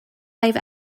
live